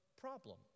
problem